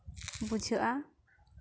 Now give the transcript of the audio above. ᱵᱩᱡᱷᱟᱹᱜᱼᱟ